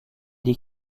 des